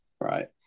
right